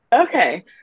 Okay